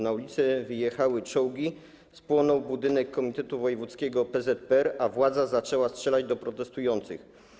Na ulice wyjechały czołgi, spłonął budynek Komitetu Wojewódzkiego PZPR, a władza zaczęła strzelać do protestujących.